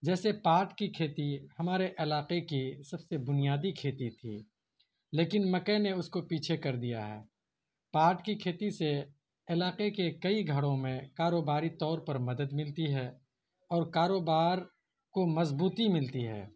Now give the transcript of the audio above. جیسے پاٹ کی کھیتی ہمارے علاقے کی سب سے بنیادی کھیتی تھی لیکن مکئی نے اس کو پیچھے کر دیا ہے پاٹ کی کھیتی سے علاقے کے کئی گھروں میں کاروباری طور پر مدد ملتی ہے اور کاروبار کو مضبوطی ملتی ہے